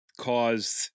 caused